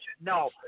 No